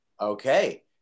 okay